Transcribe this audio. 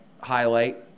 highlight